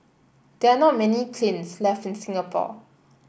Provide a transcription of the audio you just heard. there are not many kilns left in Singapore